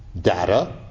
data